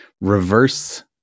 reverse